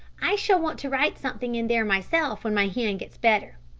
i shall want to write something in there myself when my hand gets better.